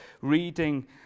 reading